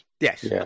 Yes